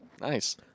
Nice